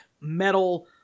metal